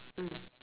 mm